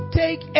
take